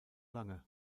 lange